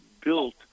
built